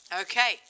Okay